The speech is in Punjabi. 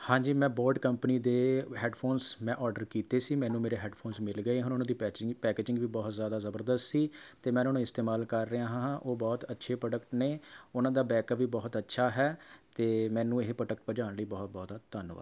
ਹਾਂਜੀ ਮੈਂ ਬੋਟ ਕੰਪਨੀ ਦੇ ਹੈੱਡਫੋਨਸ ਮੈਂ ਓਡਰ ਕੀਤੇ ਸੀ ਮੈਨੂੰ ਮੇਰੇ ਹੈੱਡਫੋਨਸ ਮਿਲ ਗਏ ਹਨ ਉਨ੍ਹਾਂ ਦੀ ਪੈਚਿੰਗ ਪੈਕੇਜਿੰਗ ਵੀ ਬਹੁਤ ਜ਼ਿਆਦਾ ਜ਼ਬਰਦਸਤ ਸੀ ਅਤੇ ਮੈਂ ਉਨ੍ਹਾਂ ਨੂੰ ਇਸਤੇਮਾਲ ਕਰ ਰਿਹਾ ਹਾਂ ਉਹ ਬਹੁਤ ਅੱਛੇ ਪ੍ਰੋਡਕਟ ਨੇ ਉਨ੍ਹਾਂ ਦਾ ਬੈਕਅੱਪ ਵੀ ਬਹੁਤ ਅੱਛਾ ਹੈ ਅਤੇ ਮੈਨੂੰ ਇਹ ਪ੍ਰੋਡਕਟ ਪਜਾਉਣ ਲਈ ਬਹੁਤ ਬਹੁਤ ਧੰਨਵਾਦ